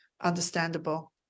understandable